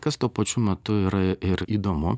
kas tuo pačiu metu yra ir įdomu